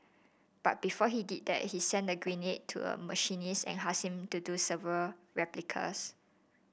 but before he did that he sent the grenade to a machinist and asked him to do several replicas